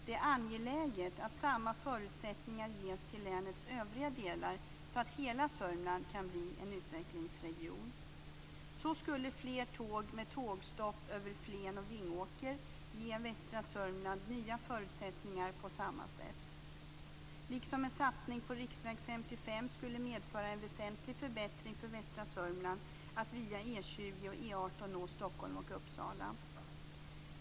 Det är angeläget att länets övriga delar ges samma förutsättningar så att hela Sörmland kan bli en utvecklingsregion. Så skulle fler tåg med tågstopp över Flen och Vingåker ge västra Sörmland nya förutsättningar på samma sätt. Likaså skulle en satsning på riksväg 55 medföra en väsentlig förbättring för västra Sörmland när det gäller möjligheterna att via E 20 och E 18 nå Stockholm och Uppsala.